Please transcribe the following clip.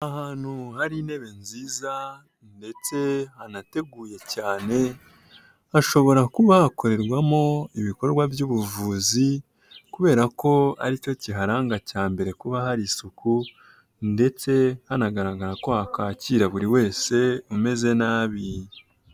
Ahantu hari intebe nziza ndetse hanateguye cyane, hashobora kuba hakorerwamo ibikorwa by'ubuvuzi, kubera ko ari cyo kiharanga cya mbere kuba hari isuku ndetse hanagaragara ko hakwakira buri wese umeze nabi.